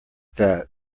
that